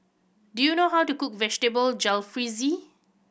do you know how to cook Vegetable Jalfrezi